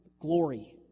glory